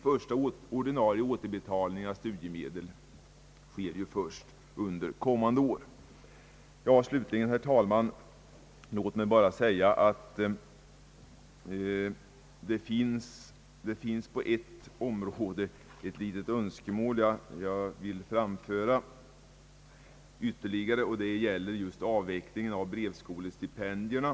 Första ordinarie återbetalning av studiemedel sker ju inte förrän under kommande år. Låt mig i detta sammanhang också framföra ett litet önskemål. Det gäller avvecklingen av brevskolestipendierna.